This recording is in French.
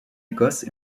écosse